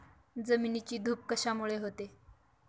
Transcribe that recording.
जमिनीची धूप कशामुळे होते?